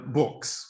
books